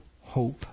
hope